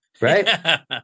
right